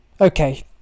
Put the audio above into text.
okay